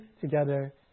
together